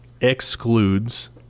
excludes